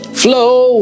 flow